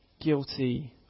guilty